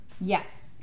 Yes